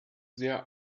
sehr